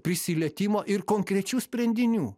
prisilietimo ir konkrečių sprendinių